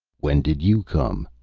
when did you come?